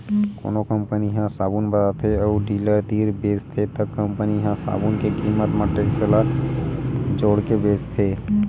कोनो कंपनी ह साबून बताथे अउ डीलर तीर बेचथे त कंपनी ह साबून के कीमत म टेक्स ल जोड़के बेचथे